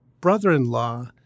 brother-in-law